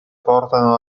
portano